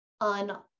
on